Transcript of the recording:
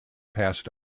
passed